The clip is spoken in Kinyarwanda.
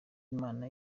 imana